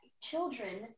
children